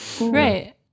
Right